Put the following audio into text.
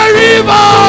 river